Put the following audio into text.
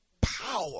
Power